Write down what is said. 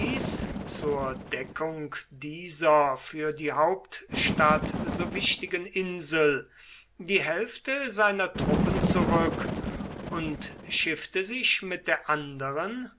zur deckung dieser für die hauptstadt so wichtigen insel die hälfte seiner truppen zurück und schiffte sich mit der anderen